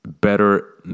better